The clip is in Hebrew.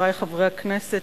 חברי חברי הכנסת,